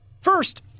First